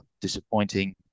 disappointing